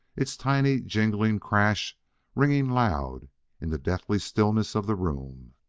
its tiny jingling crash ringing loud in the deathly stillness of the room.